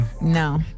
No